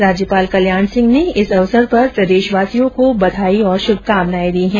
राज्यपाल कल्याण सिंह ने इस अवसर पर प्रदेशवासियों को बधाई और श्भकामनाए दी हैं